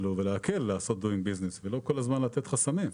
להקל בעשיית העסקים ולא כל הזמן לשים חסמים.